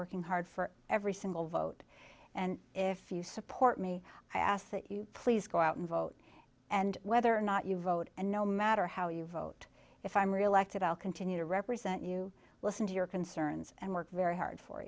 working hard for every single vote and if you support me i ask that you play go out and vote and whether or not you vote and no matter how you vote if i'm re elected i'll continue to represent you listen to your concerns and work very hard for